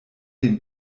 den